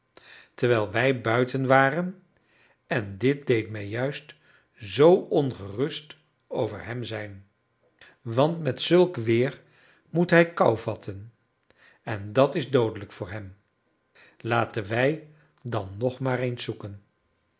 terwijl wij buiten waren en dit deed mij juist zoo ongerust over hem zijn want met zulk weer moet hij kou vatten en dat is doodelijk voor hem laten wij dan nog maar eens zoeken